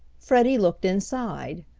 freddie looked inside.